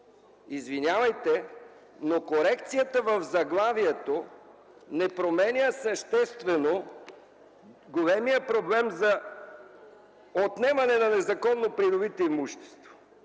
Извинявайте, но корекцията в заглавието не променя съществено големия проблем за отнемане на незаконно придобито имущество.